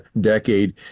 decade